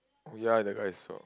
we are like eyesore